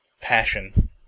passion